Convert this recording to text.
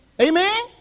Amen